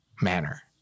manner